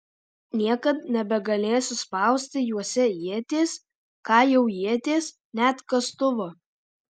niekad nebegalėsiu spausti juose ieties ką jau ieties net kastuvo